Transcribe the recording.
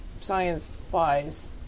science-wise